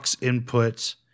input